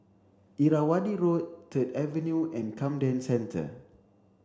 Irrawaddy Road Third Avenue and Camden Centre